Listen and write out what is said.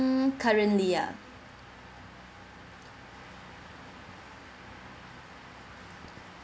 currently ah